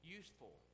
useful